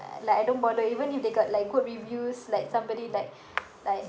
like I don't bother even if they got like good reviews like somebody like like